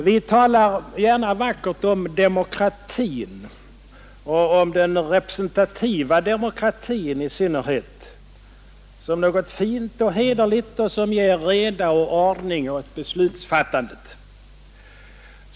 Vi talar gärna vackert om demokratin och i synnerhet om den representativa demokratin som något fint och hederligt, som ger reda och ordning åt beslutsfattandet.